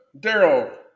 Daryl